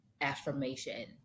affirmation